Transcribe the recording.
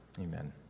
Amen